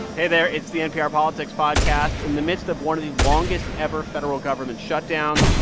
hey there it's the npr politics podcast. in the midst of one of the longest-ever federal government shutdowns,